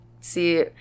see